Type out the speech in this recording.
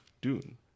Dune